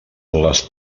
les